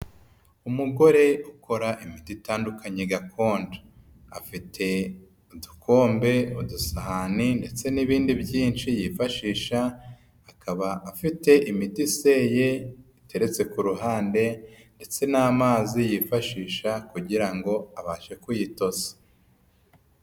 Umugore ukora imiti itandukanye gakondo afite udukombe, udusahani ndetse n'ibindi byinshi yifashisha, akaba afite imiti iseye iteretse ku ruhande ndetse n'amazi yifashisha kugira ngo abashe kuyitosa.